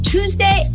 Tuesday